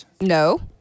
No